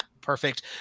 Perfect